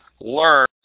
Learn